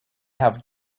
have